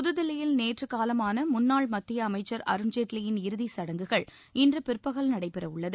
புதுதில்லியில் நேற்று காலமான முன்னாள் மத்திய அமைச்சர் அருண்ஜேட்லியின் இறுதிச் சடங்குகள் இன்று பிற்பகல் நடைபெற உள்ளது